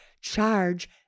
charge